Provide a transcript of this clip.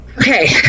Okay